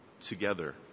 together